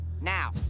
Now